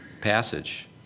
passage